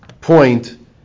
point